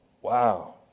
Wow